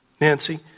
Nancy